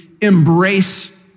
embrace